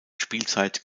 spielzeit